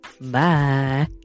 Bye